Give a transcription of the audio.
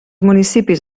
municipis